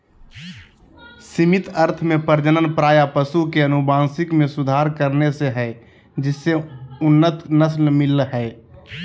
सीमित अर्थ में प्रजनन प्रायः पशु के अनुवांशिक मे सुधार करने से हई जिससे उन्नत नस्ल मिल हई